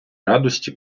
радості